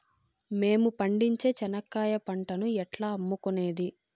మేము పండించే చెనక్కాయ పంటను ఎట్లా అమ్ముకునేది?